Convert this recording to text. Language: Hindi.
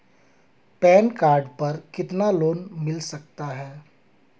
पैन कार्ड पर कितना लोन मिल सकता है?